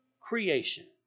creation